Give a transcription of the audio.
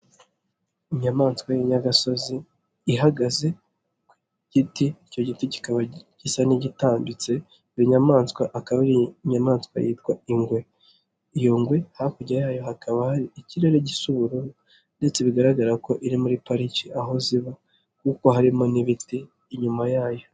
Inyamaswa y'inyagasozi ihagaze ku giti, icyo giti kikaba gisa n'igitambitse, iyo nyamaswa akaba ari inyamaswa yitwa ingwe. iyo ngwe hakurya yayo hakaba hari ikirere gisa ubururu ndetse bigaragara ko iri muri pariki aho ziba kuko harimo n'ibiti inyuma yayo.